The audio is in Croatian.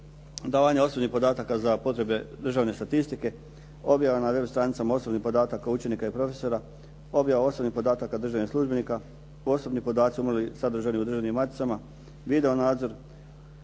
davanje osobnih podataka za potreba državne statistike, objava na web stranicama osobnih podataka učenika i profesora, objava osobnih podataka državnih službenika, posebni podaci umrlih sadržani u državnim maticama, videonadzor,